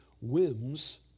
whims